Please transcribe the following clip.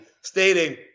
stating